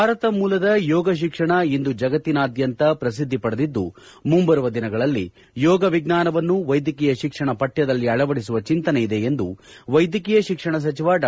ಭಾರತ ಮೂಲದ ಯೋಗಶಿಕ್ಷಣ ಇಂದು ಜಗತ್ತಿನಾದ್ಯಂತ ಪ್ರಸಿದ್ದಿ ಪಡೆದಿದ್ದು ಮುಂಬರುವ ಯೋಗ ವಿಜ್ಞಾನವನ್ನು ವೈದ್ಯಕೀಯ ಶಿಕ್ಷಣ ಪಠ್ಯದಲ್ಲಿ ಅಳವಡಿಸುವ ಚಿಂತನೆ ಇದೆ ಎಂದು ವೈದ್ಯಕೀಯ ಶಿಕ್ಷಣ ಸಚಿವ ಡಾ